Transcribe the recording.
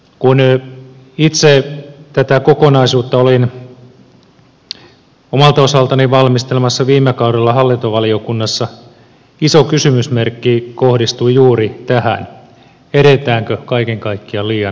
kun itse tätä kokonaisuutta olin omalta osaltani valmistelemassa viime kaudella hallintovaliokunnassa iso kysymysmerkki kohdistui juuri tähän edetäänkö kaiken kaikkiaan liian nopeasti